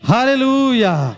Hallelujah